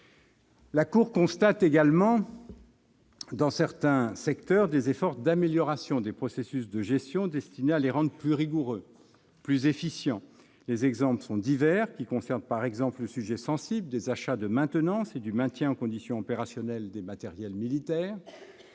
La Cour constate également, dans certains secteurs, des efforts d'amélioration des processus de gestion, destinés à rendre ceux-ci plus rigoureux et plus efficients. Les exemples sont divers ; ils concernent notamment le sujet sensible des achats de maintenance et du maintien en condition opérationnelle des matériels militaires,